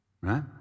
right